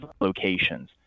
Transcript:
locations